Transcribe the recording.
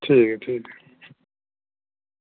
ठीक ऐ भी